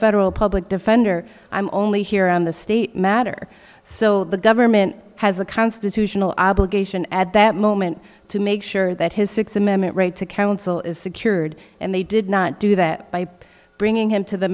federal public defender i'm only here on the state matter so the government has a constitutional obligation at that moment to make sure that his sixth amendment right to counsel is secured and they did not do that by bringing him to the